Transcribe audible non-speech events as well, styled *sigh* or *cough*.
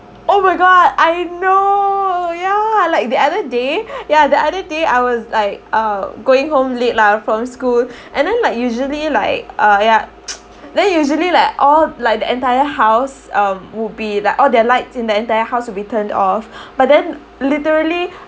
oh my god I know ya like the other day ya the other day I was like uh going home late lah from school and then like usually like uh yeah *noise* then usually like all like the entire house um would be like all their lights in the entire house would be turned off but then literally